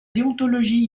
déontologie